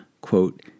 quote